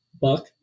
buck